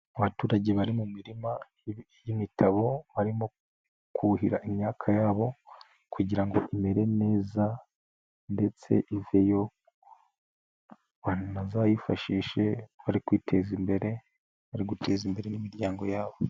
Abaturage bari mu mirima y'imitabo barimo kuhira imyaka yabo kugira ngo imere neza ndetse iveyo bazayifashishe bari kwiteza imbere, bari guteza imbere n'imiryango yabo.